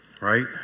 Right